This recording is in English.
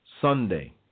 sunday